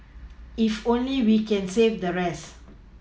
if only we can save the rest